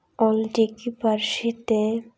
ᱚᱞᱪᱤᱠᱤ ᱯᱟᱹᱨᱥᱤ ᱛᱮ